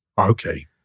Okay